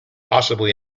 possibly